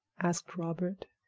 asked robert,